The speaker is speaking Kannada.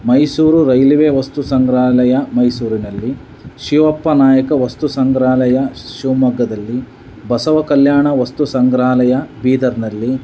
ಮೈಸೂರು ರೈಲ್ವೇ ವಸ್ತು ಸಂಗ್ರಹಾಲಯ ಮೈಸೂರಿನಲ್ಲಿ ಶಿವಪ್ಪನಾಯಕ ವಸ್ತು ಸಂಗ್ರಹಾಲಯ ಶಿವಮೊಗ್ಗದಲ್ಲಿ ಬಸವ ಕಲ್ಯಾಣ ವಸ್ತು ಸಂಗ್ರಹಾಲಯ ಬೀದರ್ನಲ್ಲಿ